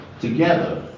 together